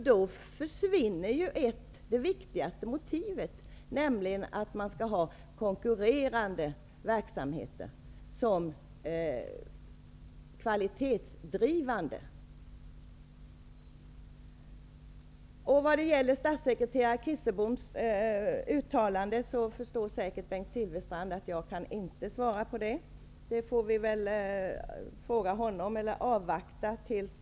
Då försvinner ju det viktigaste motivet, nämligen att man skall ha konkurrerande verksamheter för att driva fram hög kvalitet. När det gäller statssekreterare Kirseboms uttalande förstår säkert Bengt Silfverstrand att jag inte kan svara på det. Det får vi fråga honom om eller avvakta med till senare.